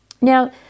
Now